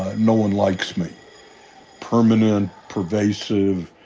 no one likes me permanent, pervasive,